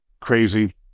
crazy